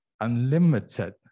unlimited